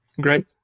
Great